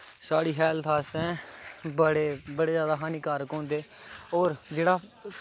साढ़ी हैल्थ आस्तै बड़े बड़े जादा हानिकारक होंदे होर जेह्ड़ा